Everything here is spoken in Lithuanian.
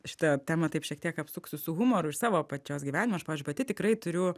šitą temą taip šiek tiek apsuksiu su humoru iš savo pačios gyvenimo aš pavyzdžiui pati tikrai turiu